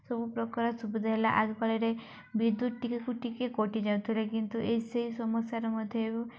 ସବୁ ପ୍ରକାର ସୁବିଧା ହେଲା ଆଗକାଳରେ ବିଦ୍ୟୁତ୍ ଟିକେକୁ ଟିକେ କଟିଯାଉଥିଲେ କିନ୍ତୁ ଏ ସେହି ସମସ୍ୟାର ମଧ୍ୟ